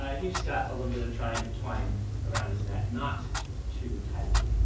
he just got a little bit of twine twine around his neck. not too tightly,